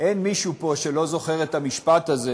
אין מישהו פה שלא זוכר את המשפט הזה